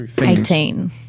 Eighteen